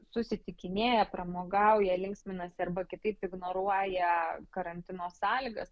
susitikinėja pramogauja linksminasi arba kitaip ignoruoja karantino sąlygas